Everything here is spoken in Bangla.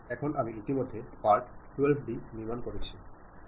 এখন আমি ইতিমধ্যে পার্ট 12d নির্মাণ করেছি